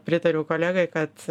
pritariu kolegai kad